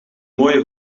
mooie